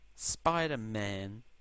Spider-Man